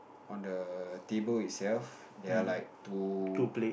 on the table itself there are like two